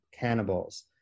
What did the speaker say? cannibals